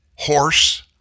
Horse